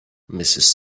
mrs